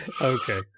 Okay